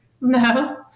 no